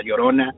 Llorona